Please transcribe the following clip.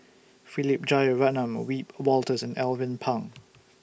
Philip Jeyaretnam Wiebe Wolters and Alvin Pang